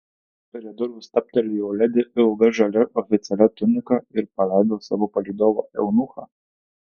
prie durų stabtelėjo ledi ilga žalia oficialia tunika ir paleido savo palydovą eunuchą